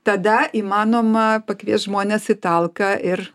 tada įmanoma pakviest žmones į talką ir